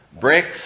bricks